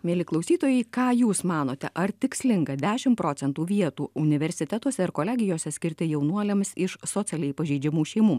mieli klausytojai ką jūs manote ar tikslinga dešim procentų vietų universitetuose ir kolegijose skirti jaunuoliams iš socialiai pažeidžiamų šeimų